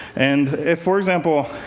and, for example,